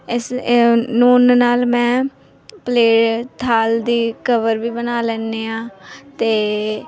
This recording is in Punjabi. ਇਸ ਇਹਨੂੰ ਉੱਨ ਨਾਲ ਮੈਂ ਪਲੇਅ ਥਾਲ ਦੀ ਕਵਰ ਵੀ ਬਣਾ ਲੈਂਦੀ ਹਾਂ ਅਤੇ